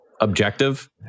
objective